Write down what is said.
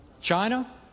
China